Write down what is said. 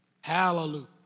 Hallelujah